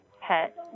pet